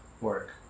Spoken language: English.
work